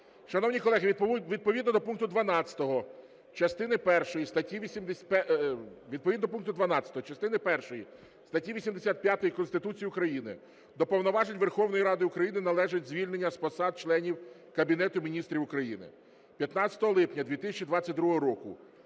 Шановні колеги, відповідно до пункту 12 частини першої статті 85 Конституції України до повноважень Верховної Ради України належить звільнення з посад членів Кабінету Міністрів України. 15 липня 2022 року